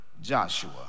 Joshua